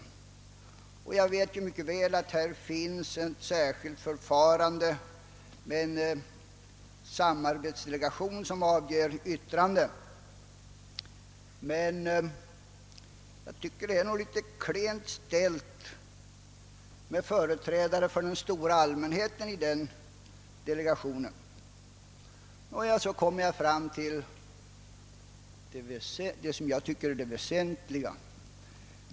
Jag vet mycket väl att här finns ett särskilt förfarande med en samarbetsdelegation som avger yttrande, men det är nog litet klent ställt med företrädare för den stora allmänheten i denna delegation. Jag kommer så fram till det som jag tycker är det väsentliga.